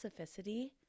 specificity